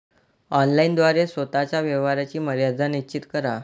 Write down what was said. online द्वारे स्वतः च्या व्यवहाराची मर्यादा निश्चित करा